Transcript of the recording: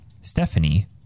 Stephanie